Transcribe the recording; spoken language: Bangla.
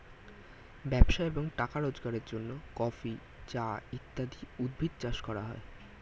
ব্যবসা এবং টাকা রোজগারের জন্য কফি, চা ইত্যাদি উদ্ভিদ চাষ করা হয়